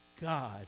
God